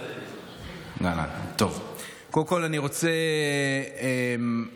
קודם כול אני רוצה, להודות.